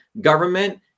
government